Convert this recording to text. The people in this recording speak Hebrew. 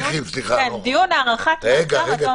דיון הארכת מעצר עד תום ההליכים.